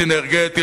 סינרגטי,